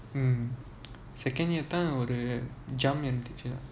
mm second year தான் ஒரு:thaan oru jump இருந்துச்சு:irunthuchu